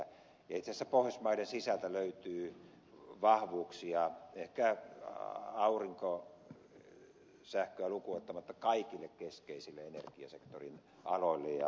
itse asiassa pohjoismaiden sisältä löytyy vahvuuksia ehkä aurinkosähköä lukuun ottamatta kaikille keskeisille energiasektorin aloille ja erityisesti energiatehokkuuteen